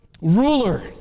ruler